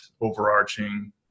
overarching